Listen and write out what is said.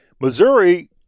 Missouri